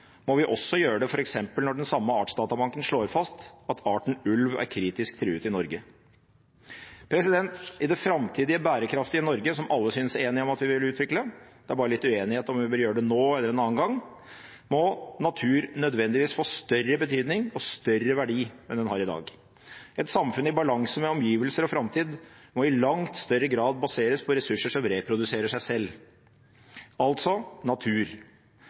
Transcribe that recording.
må vi også gjøre det f.eks. når den samme Artsdatabanken slår fast at arten ulv er kritisk truet i Norge. I det framtidige bærekraftige Norge, som alle synes enige om at vi vil utvikle – det er bare litt uenighet om vi vil gjøre det nå eller en annen gang – må natur nødvendigvis få større betydning og større verdi enn den har i dag. Et samfunn i balanse med omgivelser og framtid må i langt større grad baseres på ressurser som reproduserer seg selv – altså på natur.